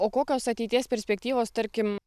o kokios ateities perspektyvos tarkim